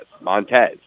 Montez